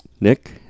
Nick